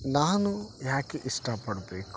ನಾನು ಯಾಕೆ ಇಷ್ಟಪಡಬೇಕು